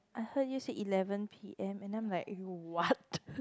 I heard you said eleven p_m and then I'm like what